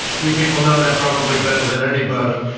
you people know that probably better than anybody.